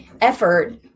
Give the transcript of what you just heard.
effort